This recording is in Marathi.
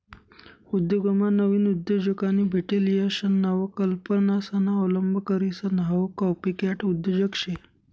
उद्योगमा नाविन उद्योजकांनी भेटेल यश नवकल्पनासना अवलंब करीसन हाऊ कॉपीकॅट उद्योजक शे